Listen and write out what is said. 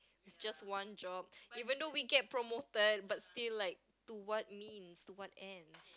just one job even though we get promoted but still like to what means to what ends